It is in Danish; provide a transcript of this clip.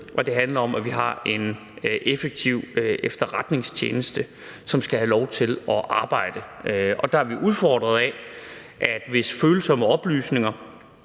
det handler om, at vi har en effektiv efterretningstjeneste, som skal have lov til at arbejde. Der er vi udfordret af, at det, hvis følsomme oplysninger